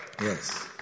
Yes